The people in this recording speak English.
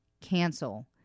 cancel